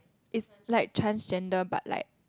is like transgender but like